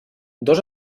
dos